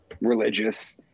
religious